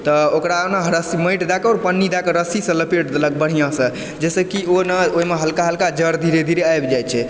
तऽ ओकरा ओना माँटि दए कऽ आओर पन्नी दए कऽ रस्सीसँ लपेट देलक बढ़िऑंसँ जाहिसँ कि ओ ने ओहिमे हल्का हल्का जड़ धीरे धीरे आबि जाइ छै